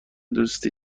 دوستی